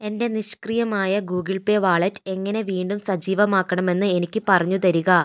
എൻ്റെ നിഷ്ക്രിയമായ Google Pay wallet എങ്ങനെ വീണ്ടും സജീവമാക്കണമെന്ന് എനിക്ക് പറഞ്ഞു തരിക